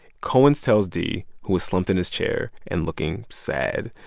cohens tells d, who was slumped in his chair and looking sad,